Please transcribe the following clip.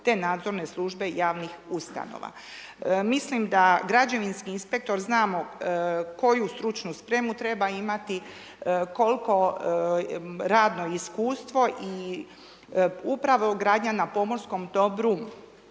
te nadzorne službe javnih ustanova. Mislim da građevinski inspektor, znamo koju stručnu spremu treba imati, kol'ko radno iskustvo i upravo gradnja na pomorskom dobru,